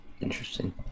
Interesting